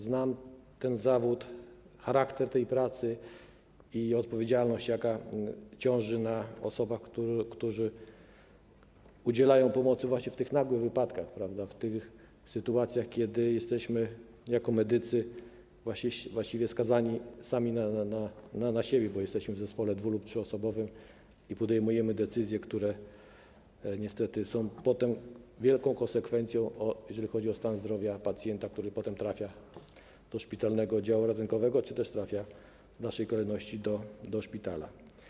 Znam ten zawód, charakter tej pracy i odpowiedzialność, jaka ciąży na osobach, które udzielają pomocy w nagłych wypadkach, w sytuacjach, kiedy jesteśmy jako medycy właściwie skazani sami na siebie, bo jesteśmy w zespole 2- lub 3-osobowym i podejmujemy decyzje, które niestety wiążą się z wielką konsekwencją, jeżeli chodzi o stan zdrowia pacjenta, który potem trafia do szpitalnego oddziału ratunkowego czy też trafia w dalszej kolejności do szpitala.